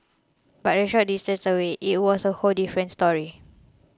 but a short distance away it was a whole different story